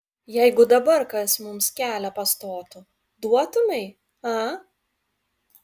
jeigu dabar kas mums kelią pastotų duotumei a